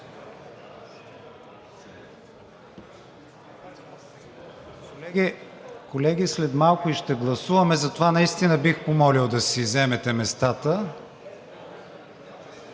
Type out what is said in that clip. Колеги, след малко и ще гласуваме, затова наистина бих помолил да си заемете местата.